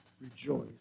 rejoice